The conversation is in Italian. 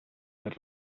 per